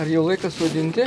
ar jau laikas sodinti